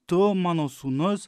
tu mano sūnus